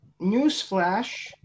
Newsflash